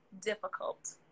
difficult